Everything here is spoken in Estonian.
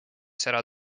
seda